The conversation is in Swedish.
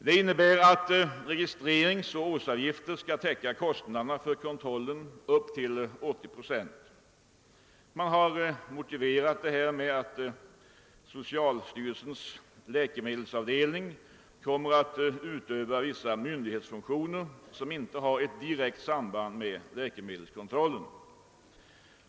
Detta innebär, att registreringsoch årsavgifter skall täcka kostnaderna för kontrollen upp till 80 procent. Man har motiverat detta med att socialstyrelsens läkemedelsavdelning kommer att utöva vissa myndighetsfunktioner, som inte har ett direkt samband med läkemedelskontrollen.